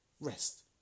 Rest